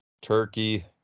turkey